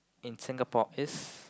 in Singapore is